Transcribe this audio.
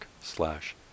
slash